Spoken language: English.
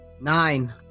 nine